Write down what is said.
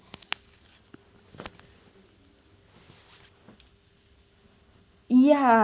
yeah